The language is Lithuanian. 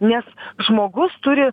nes žmogus turi